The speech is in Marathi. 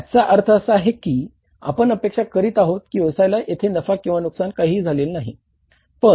तर याचा अर्थ असा आहे की आपण अपेक्षा करीत आहोत की व्यवसायला येथे नफा किंवा नुकसान काहीही झालेले नाही